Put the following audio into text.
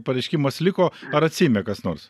pareiškimas liko ar atsiėmė kas nors